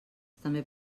també